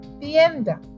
tienda